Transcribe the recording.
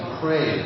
pray